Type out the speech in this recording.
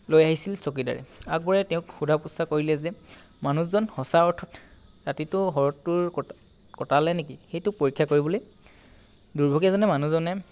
লৈ আহিছিল চকীদাৰে আকবৰে তেওঁক সোধা পোছা কৰিলে যে মানুহজন সঁচা অৰ্থত ৰাতিটো হ্ৰদটোৰ কটালে নেকি সেইটো পৰীক্ষা কৰিবলৈ দুৰ্ভগীয়াজনে মানুহজনে